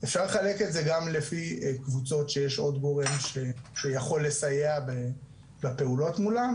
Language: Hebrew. אפשר לחלק את זה גם לפי קבוצות שיש עוד גורם שיכול לסייע בפעולות מולם.